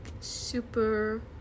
super